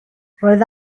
roedd